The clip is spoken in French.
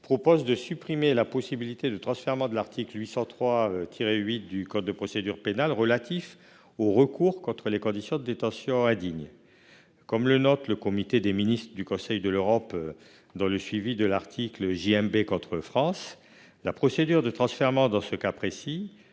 proposons de supprimer la possibilité de transfèrement de l'article 803-8 du code de procédure pénale, relatif aux recours contre les conditions de détention indignes. Comme le note le comité des ministres du Conseil de l'Europe dans le suivi de l'arrêt, dans ce cas précis, la procédure de transfèrement, qui est